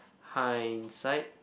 hindsight